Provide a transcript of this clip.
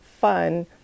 fun